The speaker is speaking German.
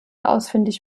ausfindig